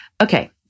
Okay